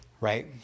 right